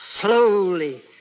slowly